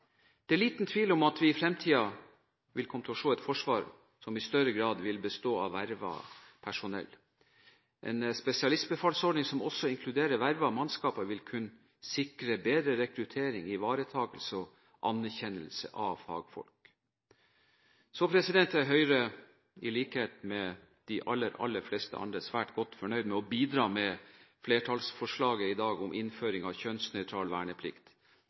Det er liten tvil om at vi i fremtiden vil komme til å se et forsvar som i større grad vil bestå av vervet personell. En spesialistbefalsordning som også inkluderer vervet mannskap, vil kunne sikre bedre rekruttering, ivaretakelse og anerkjennelse av fagfolk. Så er Høyre, i likhet med de aller fleste andre, svært godt fornøyd med å bidra til flertallsforslaget i dag om innføring av kjønnsnøytral verneplikt,